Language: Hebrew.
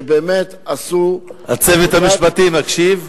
שבאמת עשו עבודת, הצוות המשפטי מקשיב?